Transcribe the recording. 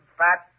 fat